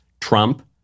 Trump